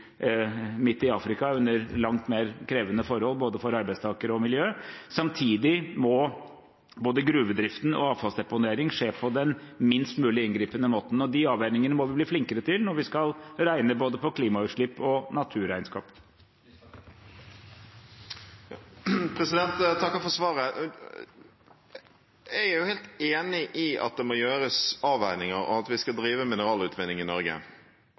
Afrika, under langt mer krevende forhold, både for arbeidstakere og for miljøet. Samtidig må både gruvedrift og avfallsdeponering skje på den minst mulig inngripende måten. De avveiningene må vi bli flinkere til når vi skal regne både på klimautslipp og på naturregnskap. Jeg takker for svaret. Jeg er helt enig i at det må gjøres avveininger, og at vi skal drive mineralutvinning i Norge,